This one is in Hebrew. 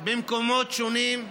במקומות שונים,